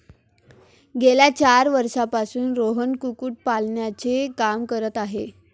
गेल्या चार वर्षांपासून रोहन कुक्कुटपालनाचे काम करत आहे